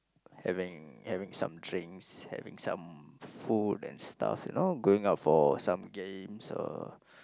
having having some drinks having some food and stuff you know going out for some games or